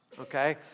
Okay